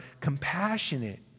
compassionate